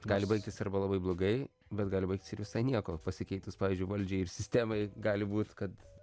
gali baigtis arba labai blogai bet gali baigtis ir visai nieko pasikeitus pavyzdžiui valdžiai ir sistemai gali būti kad